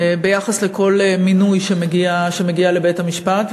ביחס לכל מינוי שמגיע לבית-המשפט.